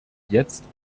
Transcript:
jetzt